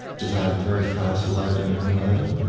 designed for very fast loading and unloading.